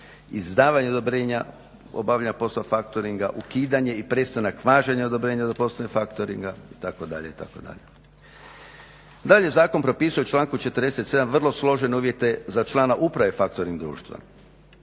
izdavanje odobrenja obavljanja poslova factoringa, ukidanje i prestanak važenja odobrenja za poslove factoringa itd. Dalje zakon propisuje u članku 47.vrlo složene uvjete za člana uprave factoring društva.